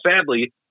sadly